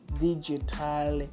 digital